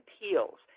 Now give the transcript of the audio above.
appeals